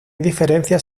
diferencias